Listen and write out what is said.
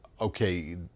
okay